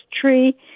tree